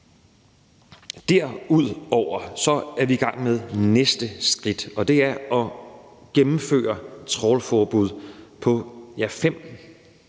Derudover er vi i gang med næste skridt, og det er at gennemføre trawlforbud på fem